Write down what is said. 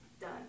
Done